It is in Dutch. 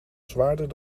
zwaarder